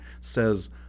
says